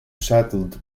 settled